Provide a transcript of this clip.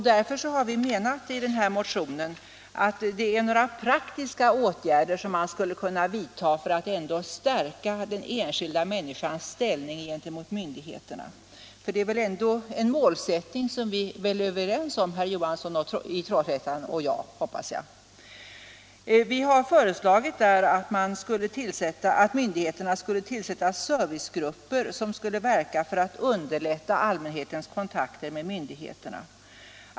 Därför har vi i vår motion föreslagit att man skulle vidta en del praktiska åtgärder för att stärka den enskilda människans ställning gentemot myndigheterna. Jag hoppas att detta är en målsättning som herr Johansson i Trollhättan och jag är överens om. I motionen har vi föreslagit att myndigheterna skall tillsätta servicegrupper som skulle verka för att underlätta allmänhetens kontakter med myndigheterna.